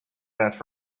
that